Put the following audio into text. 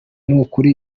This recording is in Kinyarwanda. nukuri